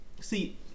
See